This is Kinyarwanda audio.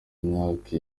myaka